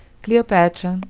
cleopatra,